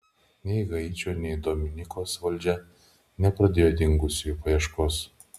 nei haičio nei dominikos valdžia nepradėjo dingusiųjų paieškos